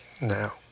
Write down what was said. Now